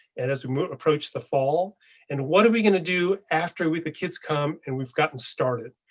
and as we approach the fall and what are we going to do after with the kids? come and we've gotten started.